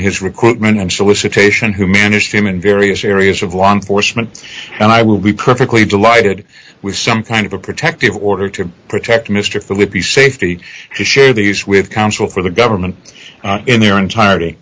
his recruitment and solicitation who manage him in various areas of law enforcement and i will be perfectly delighted with some kind of a protective order to protect mr filippi safety to share these with counsel for the government in their entirety